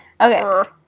okay